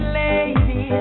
lady